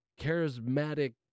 charismatic